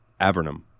Avernum